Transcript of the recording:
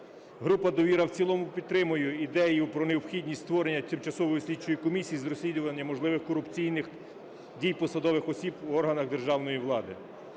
Група "Довіра" в цілому підтримує ідею про необхідність створення Тимчасової слідчої комісії з розслідування можливих корупційних дій посадових осіб в органах державної влади.